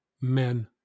men